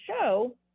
show